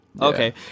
Okay